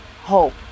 hope